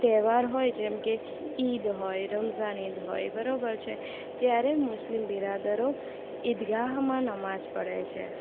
તહેવાર હોય જેમ કે ઈદ હોય રમજાન ઈદ હોય બરોબર છે ત્યારે મુસ્લિમ બિરાદરો ઈદગાહમાં નમાઝ પઢે છે